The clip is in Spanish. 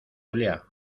julia